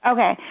Okay